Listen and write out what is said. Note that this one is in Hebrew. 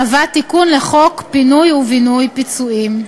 מהווה תיקון לחוק פינוי ובינוי (פיצויים).